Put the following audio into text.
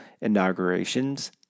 inaugurations